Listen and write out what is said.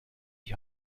die